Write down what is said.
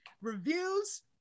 reviews